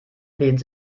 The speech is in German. lehnt